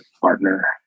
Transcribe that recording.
partner